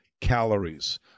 calories